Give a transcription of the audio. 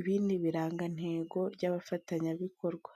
ibindi birangantego by'abafatanyabikorwa.